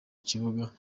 kibuga